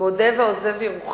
מודה ועוזב ירוחם.